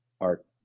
art